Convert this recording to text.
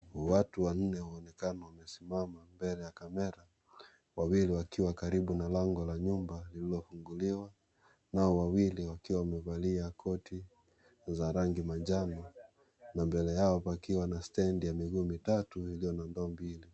Watu wanne waonekana wamesimama mbele ya kamera. Wawili wakiwa karibu na lango la nyumba lililofunguliwa. Nao wawili, wakiwa wamevalia koti za rangi manjano na mbele yao, pakiwa na stendi ya miguu mitatu iliyo na mbao mbili.